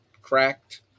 cracked